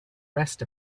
rest